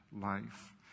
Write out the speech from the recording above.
life